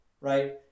right